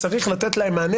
דעתי שצריך לתת חופש,